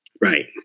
Right